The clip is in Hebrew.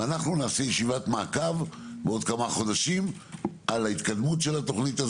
ונעשה ישבית מעקב עוד כמה חודשים על התקדמות התוכנית,